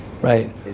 Right